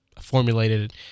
formulated